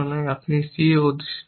আপনি c অধিষ্ঠিত হয়